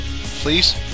please